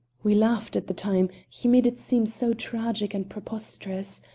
we laughed at the time he made it seem so tragic and preposterous.